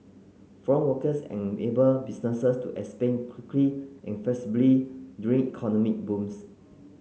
foreign workers enable businesses to expand quickly and flexibly during economic booms